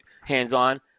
hands-on